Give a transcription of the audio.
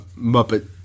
Muppet